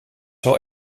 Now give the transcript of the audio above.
wel